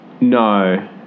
No